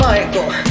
Michael